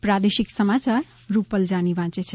પ્રાદેશિક સમાચાર રૂપલ જાની વાંચે છે